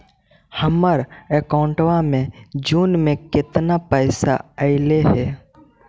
हमर अकाउँटवा मे जून में केतना पैसा अईले हे?